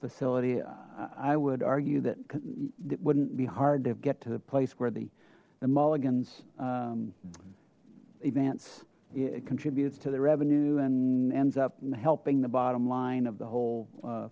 facility i would argue that it wouldn't be hard to get to the place where the the mulligan's events it contributes to the revenue and ends up helping the bottom line of the whole